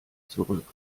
zurück